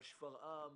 על שפרעם,